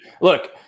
Look